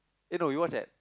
eh no we watch at